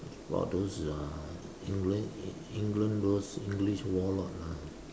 about those uh England in England those English warlord lah